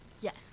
Yes